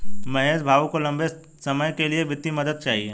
महेश भाऊ को लंबे समय के लिए वित्तीय मदद चाहिए